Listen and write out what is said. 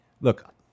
Look